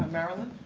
marilyn